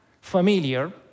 familiar